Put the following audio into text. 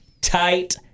tight